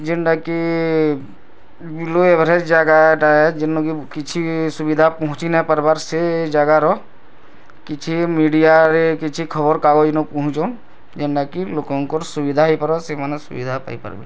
ଯେନ୍ଟା କି blue Everest ଜାଗାଟା ଯେନୁ କି କିଛି ସୁବିଧା ପହଞ୍ଚି ନାଇଁ ପାର୍ବାର୍ ସେ ଜାଗାର କିଛି ମିଡ଼ିଆରେ କିଛି ଖବର କାଗଜନୁ ପହଞ୍ଚୁ ଯେନ୍ଟା କି ଲୋକଙ୍କର୍ ସୁବିଧା ହେଇପାର ସେମାନେ ସୁବିଧା ପାଇପାର୍ବେ